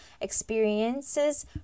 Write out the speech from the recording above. experiences